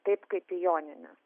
taip kaip į jonines